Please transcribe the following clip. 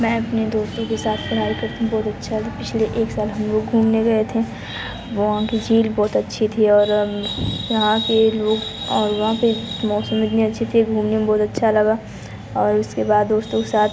मैं अपने दोस्तों के साथ पढ़ाई करते दो विच्छल पिछले एक साल हम लोग घूमने गए थे वहाँ की झील बहुत अच्छी थी और यहाँ के लोग और वहाँ पर मौसम इतने अच्छे थे घूमने में बहुत अच्छा लगा और उसके बाद दोस्तों के साथ